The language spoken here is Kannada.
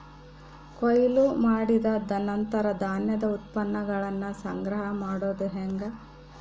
ಕೊಯ್ಲು ಮಾಡಿದ ನಂತರ ಧಾನ್ಯದ ಉತ್ಪನ್ನಗಳನ್ನ ಸಂಗ್ರಹ ಮಾಡೋದು ಹೆಂಗ?